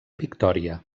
victòria